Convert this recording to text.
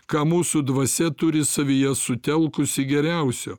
ką mūsų dvasia turi savyje sutelkusi geriausio